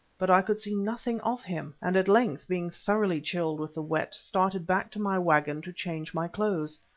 but i could see nothing of him, and at length, being thoroughly chilled with the wet, started back to my waggon to change my clothes.